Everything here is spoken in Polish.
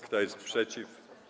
Kto jest przeciw?